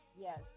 Yes